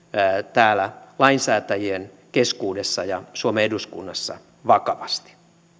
täällä lainsäätäjien keskuudessa ja suomen eduskunnassa vakavasti